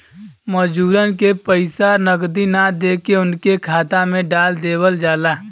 मजूरन के पइसा नगदी ना देके उनके खाता में डाल देवल जाला